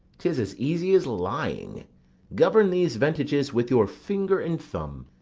tis as easy as lying govern these ventages with your finger and thumb,